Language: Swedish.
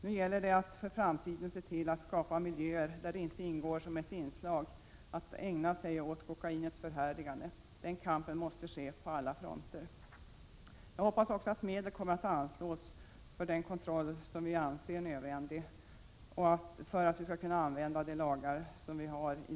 Nu gäller det att för framtiden se till att skapa miljöer där det inte ingår som ett inslag att ägna sig åt kokainets förhärligande. Den kampen måste föras på alla fronter. Jag hoppas också att medel kommer att anslås för den kontroll som jag anser vara nödvändig för att man i detta arbete skall kunna tillämpa de lagar som vi har.